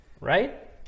right